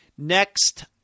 Next